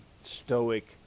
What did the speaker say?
stoic